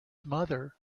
mother